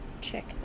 check